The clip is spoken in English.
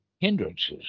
Hindrances